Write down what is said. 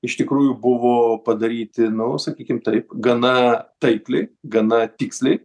iš tikrųjų buvo padaryti nu sakykim taip gana taikliai gana tiksliai